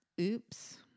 Oops